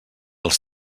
els